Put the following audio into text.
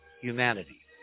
humanity